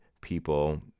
people